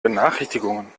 benachrichtigungen